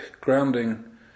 grounding